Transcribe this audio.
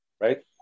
right